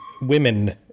women